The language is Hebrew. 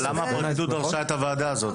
למה הפרקליטות דרשה את הוועדה הזאת?